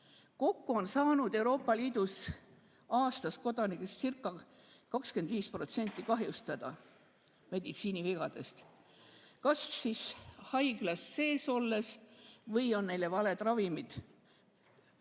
Kokku on saanud Euroopa Liidus aastas kodanikestcirca25% kahjustada meditsiinivigadest kas siis haiglas sees olles või on neile valed ravimid